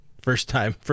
first-time